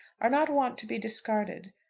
are not wont to be discarded.